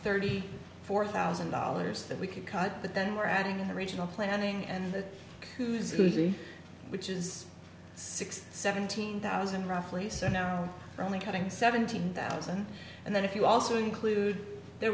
thirty four thousand dollars that we could cut but then we're adding in the regional planning and the who's who's really which is six seventeen thousand roughly so now we're only cutting seventeen thousand and then if you also include there